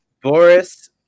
Boris